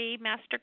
Master